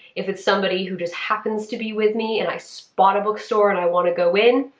if it's somebody who just happens to be with me and i spot a bookstore and i want to go in,